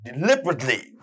deliberately